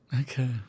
Okay